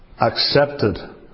accepted